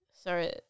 Sorry